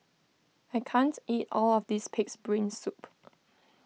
I can't eat all of this Pig's Brain Soup